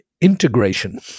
integration